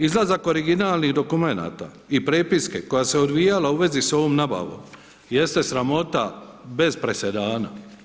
Izlazak originalnih dokumenata i prijepiske koja se odvijala u vezi za ovom nabavom jeste sramota bez presedana.